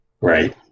right